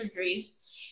surgeries